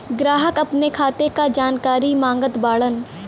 ग्राहक अपने खाते का जानकारी मागत बाणन?